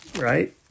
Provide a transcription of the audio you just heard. right